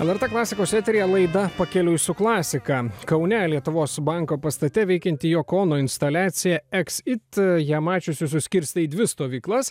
elert klasikos eteryje laida pakeliui su klasika kaune lietuvos banko pastate veikianti joko ono instaliacija eks it ją mačiusius suskirstė į dvi stovyklas